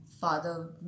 father